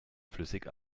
flüssig